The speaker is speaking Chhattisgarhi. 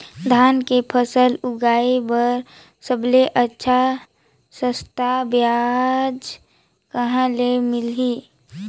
धान के फसल उगाई बार सबले अच्छा सस्ता ब्याज कहा ले मिलही?